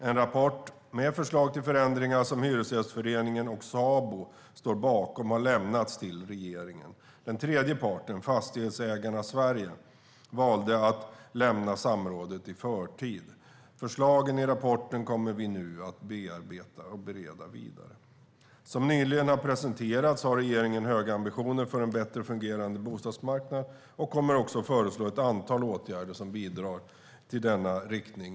En rapport med förslag till förändringar som Hyresgästföreningen och Sabo står bakom har lämnats till regeringen. Den tredje parten, Fastighetsägarna Sverige, valde att lämna samrådet i förtid. Förslagen i rapporten kommer vi nu att bereda vidare. Som nyligen har presenterats har regeringen höga ambitioner för en bättre fungerande bostadsmarknad, och vi kommer också att föreslå ett antal åtgärder som bidrar i denna riktning.